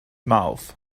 mouth